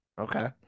Okay